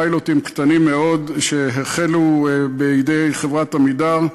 פיילוטים קטנים מאוד שהחלו בידי חברת "עמידר",